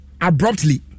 abruptly